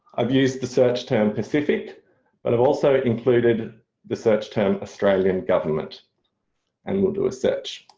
i've used the search term pacific but i've also included the search term australian government and we'll do a search.